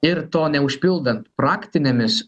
ir to neužpildant praktinėmis